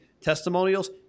testimonials